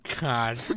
God